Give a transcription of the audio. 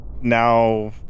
now